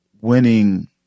winning